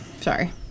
sorry